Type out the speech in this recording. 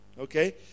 okay